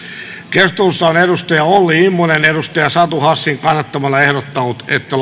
keskustelussa on olli immonen satu hassin kannattamana ehdottanut että